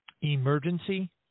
emergency